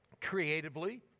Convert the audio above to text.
creatively